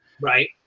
Right